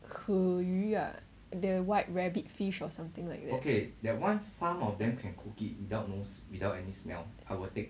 壳鱼啊 the white rabbit fish or something like that